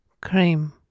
Cream